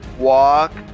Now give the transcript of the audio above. Walk